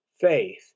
faith